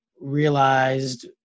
realized